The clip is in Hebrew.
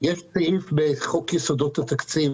סעיף בחוק יסודות התקציב,